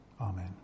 Amen